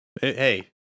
Hey